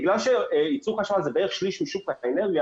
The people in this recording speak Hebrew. בגלל שייצור חשמל הוא בערך שליש משוק האנרגיה,